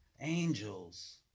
angels